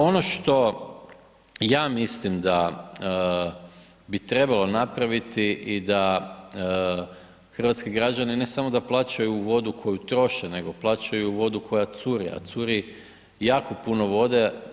Ono što ja mislim da bi trebalo napraviti i da hrvatski građani, ne samo da plaćaju vodu koju troše, nego plaćaju i vodu koja curi, a curi jako puno vode.